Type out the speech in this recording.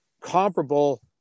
comparable